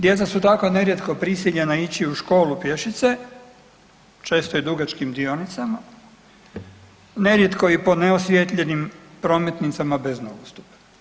Djeca su tako nerijetko prisiljena ići u školu pješice, često i dugačkim dionicama, nerijetko i po ne osvijetljenim prometnicama bez nogostupa.